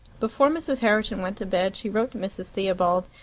before mrs. herriton went to bed she wrote to mrs. theobald,